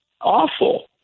Awful